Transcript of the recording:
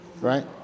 Right